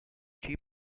chip